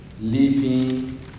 living